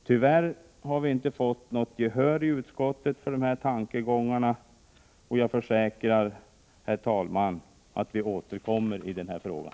Tyvärr har vi inte fått något gehör i utskottet för dessa tankegångar, men jag försäkrar, herr talman, att vi återkommer i frågan.